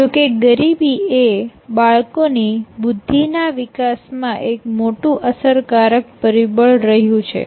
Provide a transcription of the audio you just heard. જો કે ગરીબી એ બાળકોની બુદ્ધિ ના વિકાસ માં એક મોટું અસરકારક પરિબળ રહ્યું છે